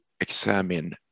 examine